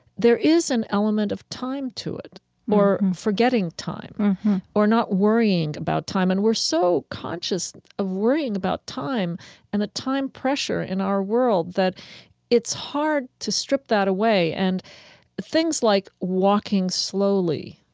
there is an element of time to it or forgetting time or not worrying about time. and we're so conscious of worrying about time and the time pressure in our world that it's hard to strip that away. and things like walking slowly,